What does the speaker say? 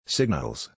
Signals